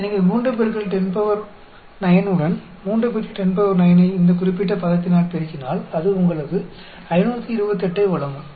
எனவே 3 109 உடன் 3 10 9 ஐ இந்த குறிப்பிட்ட பதத்தினால் பெருக்கினால் அது உங்களுக்கு 528 ஐ வழங்கும்